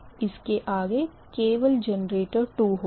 इसके आगे केवल जेनरेटर 2 होगा